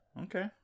Okay